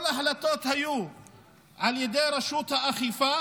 כל ההחלטות היו על ידי רשות האכיפה